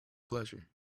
pleasure